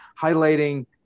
highlighting